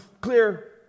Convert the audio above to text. clear